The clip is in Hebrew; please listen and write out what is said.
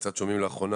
קצת שומעים לאחרונה,